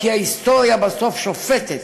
כי ההיסטוריה בסוף שופטת